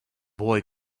boy